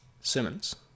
simmons